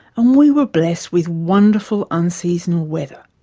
and we were blessed with wonderful unseasonal weather.